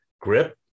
grip